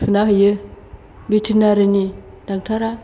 थुना होयो भेटेनारिनि ड'क्टरा